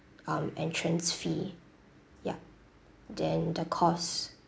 um entrance fee yup then the cost